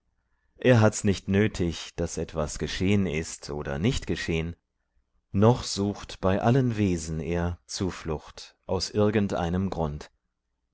er hat's nicht nötig daß etwas geschehn ist oder nicht geschehn noch sucht bei allen wesen er zuflucht aus irgend einem grund